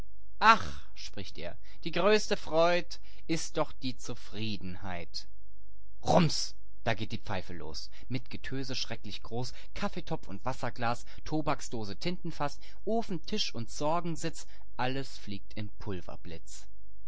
spricht er die größte freud ist doch die zufriedenheit rums da geht die pfeife los mit getöse schrecklich groß kaffeetopf und wasserglas tabaksdose tintenfaß ofen tisch und sorgensitz alles fliegt in